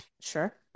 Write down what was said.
sure